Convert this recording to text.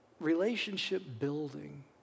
relationship-building